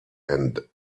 and